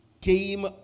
came